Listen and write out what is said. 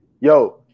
yo